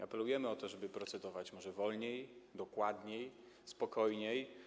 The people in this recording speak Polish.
Apelujemy o to, żeby procedować może wolniej, dokładniej, spokojniej.